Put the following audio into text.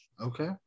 Okay